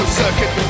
circuit